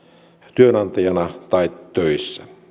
työnantajina tai töissä